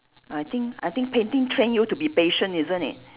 I think I think painting train you to be patient isn't it